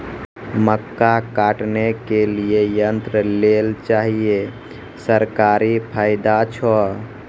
मक्का काटने के लिए यंत्र लेल चाहिए सरकारी फायदा छ?